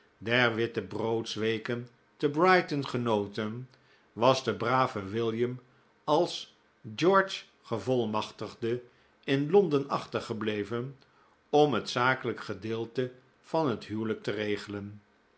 der wittebroodsweken te brighton genoten was de brave william als george's gevolmachtigde in londen achtergebleven om het zakelijk gedeelte van het huwelijk te regelen